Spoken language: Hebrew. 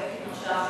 הפרויקטים עכשיו,